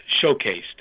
showcased